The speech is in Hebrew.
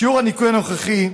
בשיעור הניכוי הנוכחי,